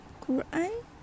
Quran